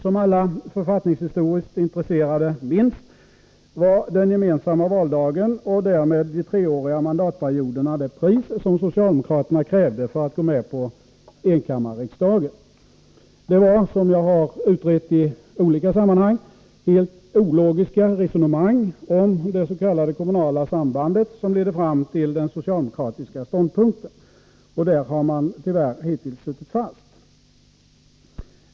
Som alla författningshistoriskt intresserade minns var den gemensamma valdagen och därmed de treåriga mandatperioderna det pris som socialdemokraterna krävde för att gå med på enkammarriksdag. Det var — som jag har utrett i olika sammanhang — helt ologiska resonemang om det s.k. kommunala sambandet som ledde fram till den socialdemokratiska ståndpunkten. Och där har man tyvärr hittills suttit fast.